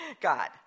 God